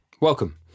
Welcome